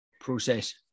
process